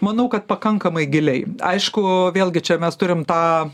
manau kad pakankamai giliai aišku vėlgi čia mes turim tą